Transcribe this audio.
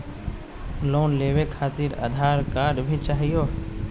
Loan लेवे खातिरआधार card भी चाहियो?